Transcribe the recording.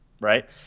Right